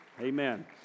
Amen